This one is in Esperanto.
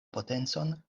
potencon